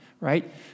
right